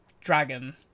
dragon